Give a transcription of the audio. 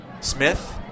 Smith